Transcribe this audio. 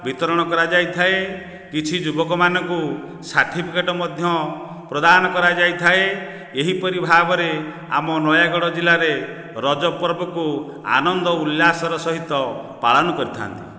ବିତରଣ କରାଯାଇଥାଏ କିଛି ଯୁବକମାନଙ୍କୁ ସାର୍ଟିଫିକେଟ ମଧ୍ୟ ପ୍ରଦାନ କରାଯାଇଥାଏ ଏହିପରି ଭାବରେ ଆମ ନୟାଗଡ଼ ଜିଲ୍ଲାରେ ରଜ ପର୍ବକୁ ଆନନ୍ଦ ଉଲ୍ଲାସର ସହିତ ପାଳନ କରିଥାନ୍ତି